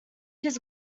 his